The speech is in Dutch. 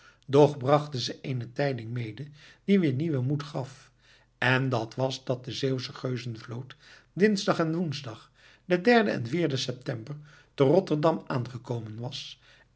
toch brachten ze eene tijding mede die weer nieuwen moed gaf en dat was dat de zeeuwsche geuzenvloot dinsdag en woensdag den derden en vierden september te rotterdam aangekomen was